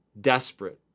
desperate